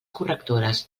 correctores